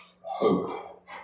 hope